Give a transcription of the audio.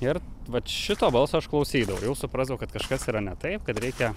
ir vat šito balso aš klausydavau jau suprasdavau kad kažkas yra ne taip kad reikia